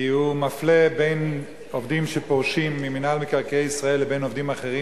כי הוא מפלה בין עובדים שפורשים ממינהל מקרקעי ישראל לבין עובדים אחרים,